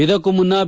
ಇದಕ್ಕೂ ಮುನ್ನ ಬಿ